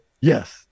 Yes